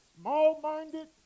small-minded